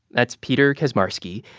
that's peter kaczmarski,